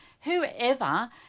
whoever